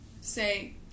say